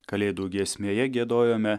kalėdų giesmėje giedojome